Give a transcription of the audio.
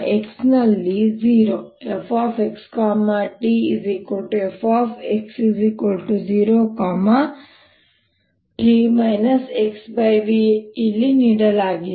x ನಲ್ಲಿ 0 fxtfx0t xv ಇಲ್ಲಿ ನೀಡಲಾಗಿದೆ